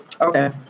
Okay